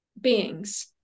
beings